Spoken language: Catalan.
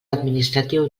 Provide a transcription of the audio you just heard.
administratiu